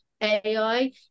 AI